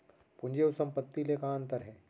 पूंजी अऊ संपत्ति ले का अंतर हे?